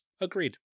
Agreed